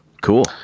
Cool